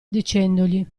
dicendogli